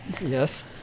Yes